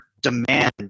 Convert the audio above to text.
demand